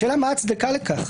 השאלה היא מה ההצדקה לכך.